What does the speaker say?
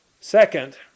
Second